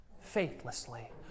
faithlessly